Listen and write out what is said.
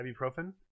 ibuprofen